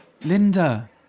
Linda